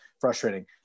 frustrating